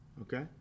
okay